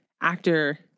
actor